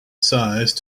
size